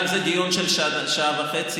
היה על זה דיון של שעה וחצי.